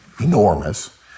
enormous